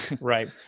right